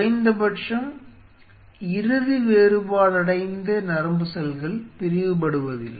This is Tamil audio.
குறைந்தபட்சம் இறுதி வேறுபாடடைந்த நரம்பு செல்கள் பிரிவுபடுவதில்லை